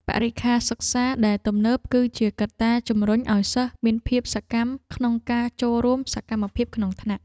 បរិក្ខារសិក្សាដែលទំនើបគឺជាកត្តាជំរុញឱ្យសិស្សមានភាពសកម្មក្នុងការចូលរួមសកម្មភាពក្នុងថ្នាក់។